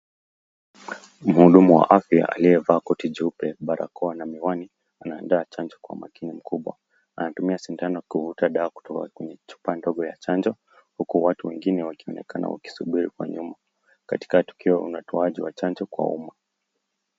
Mhudumu wa afya aliyevaa koti jeupe, barakoa na miwani, anaandaa chanjo kwa makini mkubwa. Anatumia sindano kuvuta dawa kutoka kwenye chupa ndogo ya chanjo, huku watu wengine wakionekana wakisubiri kwa nyuma, katika tukio la utoaji wa chanjo kwa umma.